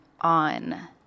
on